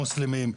מוסלמים,